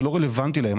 זה לא רלוונטי להם.